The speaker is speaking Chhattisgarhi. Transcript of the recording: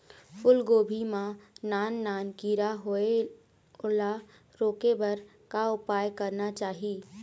फूलगोभी मां नान नान किरा होयेल ओला रोके बर का उपाय करना चाही?